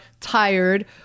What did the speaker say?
tired